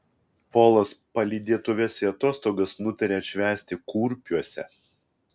polas palydėtuves į atostogas nutarė atšvęsti kurpiuose